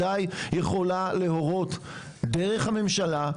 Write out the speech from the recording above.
בוודאי יכולה להורות דרך הממשלה,